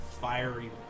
fiery